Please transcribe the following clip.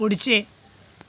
पुढचे